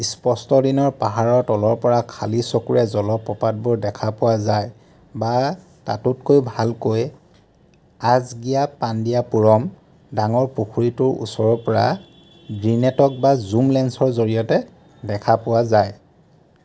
স্পষ্ট দিনৰ পাহাৰৰ তলৰ পৰা খালী চকুৰে জলপ্ৰপাতবোৰ দেখা পোৱা যায় বা তাতোতকৈ ভালকৈ আজগিয়াপাণ্ডিয়াপুৰম ডাঙৰ পুখুৰীটোৰ ওচৰৰ পৰা দ্বিনেতক বা জুম লেন্সৰ জৰিয়তে দেখা পোৱা যায়